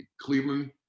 Cleveland